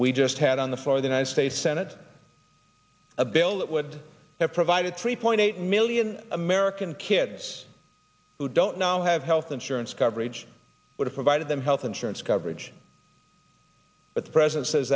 we just had on the floor the united states senate a bill that would have provided three point eight million american kids who don't now have health insurance coverage would provide them health insurance coverage but the president says